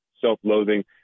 self-loathing